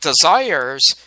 desires